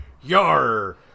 Yar